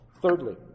Thirdly